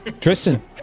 Tristan